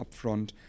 upfront